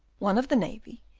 one of the navy,